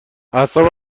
اعصابم